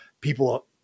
People